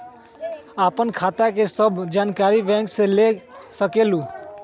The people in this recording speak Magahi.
आपन खाता के सब जानकारी बैंक से ले सकेलु?